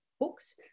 books